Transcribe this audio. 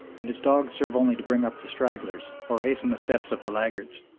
and his dogs serve only to bring up the stragglers or hasten the steps of the laggards.